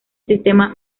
sistema